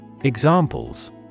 Examples